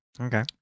Okay